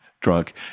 drunk